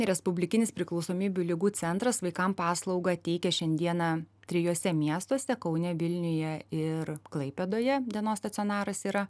respublikinis priklausomybių ligų centras vaikam paslaugą teikia šiandieną trijuose miestuose kaune vilniuje ir klaipėdoje dienos stacionaras yra